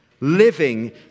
Living